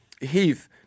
Heath